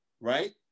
right